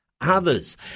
others